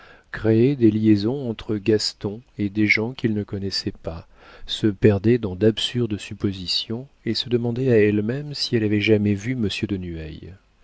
créait des liaisons entre gaston et des gens qu'il ne connaissait pas se perdait dans d'absurdes suppositions et se demandait à elle-même si elle avait jamais vu monsieur de